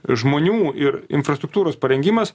žmonių ir infrastruktūros parengimas